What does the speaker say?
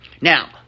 Now